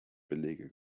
belege